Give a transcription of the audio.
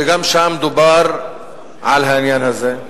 וגם שם דובר על העניין הזה.